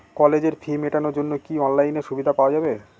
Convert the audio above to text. কলেজের ফি মেটানোর জন্য কি অনলাইনে সুবিধা পাওয়া যাবে?